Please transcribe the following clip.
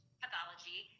pathology